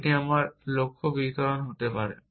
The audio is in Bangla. এটি আমার লক্ষ্য বিবরণ হতে পারে